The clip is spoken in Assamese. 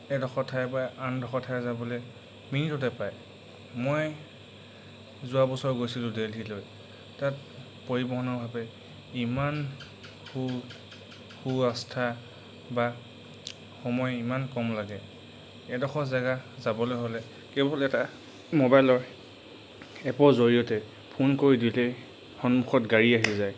এডোখৰ ঠাইৰপৰা আন এডোখৰ ঠাই যাবলৈ মিনিটতে পায় মই যোৱা বছৰ গৈছিলোঁ দেল্হিলৈ তাত পৰিবহনৰভাৱে ইমান সু সু আস্থা বা সময় ইমান কম লাগে এডোখৰ জেগা যাবলৈ হ'লে কেৱল এটা মোবাইলৰ এপৰ জৰিয়তে ফোন কৰি দিলেই সন্মুখত গাড়ী আহি যায়